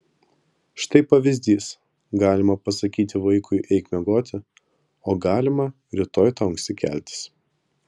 štai pavyzdys galima pasakyti vaikui eik miegoti o galima rytoj tau anksti keltis